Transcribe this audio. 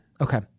Okay